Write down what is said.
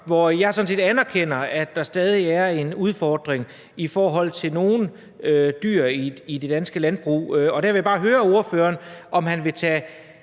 hvor jeg sådan set anerkender, at der stadig er en udfordring i forhold til nogle dyr i det danske landbrug. Der vil jeg bare høre ordføreren, om han vil tage